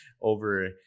over